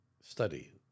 study